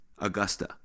Augusta